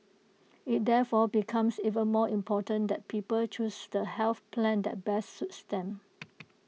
IT therefore becomes even more important that people choose the health plan that best suits them